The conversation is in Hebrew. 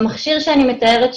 המכשיר שאני מתארת,